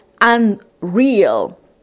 unreal